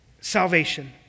Salvation